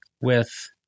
with-